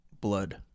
blood